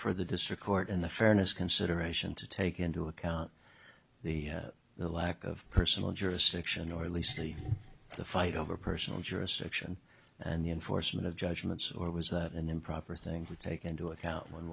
for the district court in the fairness consideration to take into account the lack of personal jurisdiction or at least see the fight over personal jurisdiction and the enforcement of judgments or was that an improper things would take into account one